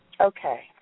Okay